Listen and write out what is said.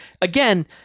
again